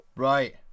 Right